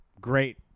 great